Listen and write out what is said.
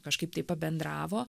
kažkaip taip pabendravo